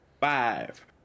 Five